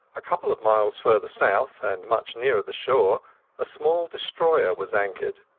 a couple of miles farther south and much nearer the shore a small destroyer was anchored.